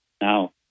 Now